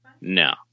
no